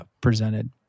presented